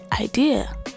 idea